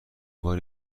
بار